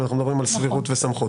אם אנחנו מדברים על סבירות וסמכות.